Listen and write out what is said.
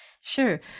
Sure